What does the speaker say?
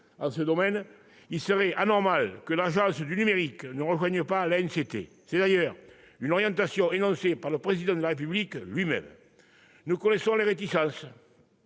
Patrick Chaize -, il serait anormal que l'Agence du numérique ne rejoigne pas l'ANCT. C'est d'ailleurs une orientation énoncée par le Président de la République lui-même. Nous connaissons les réticences